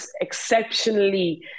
exceptionally